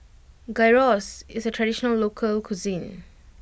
Gyros is a traditional local cuisine